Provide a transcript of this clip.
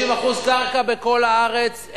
50% קרקע בכל הארץ,